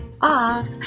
off